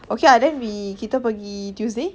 okay ah then we kita pergi tuesday